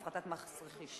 הפחתת מס רכישה),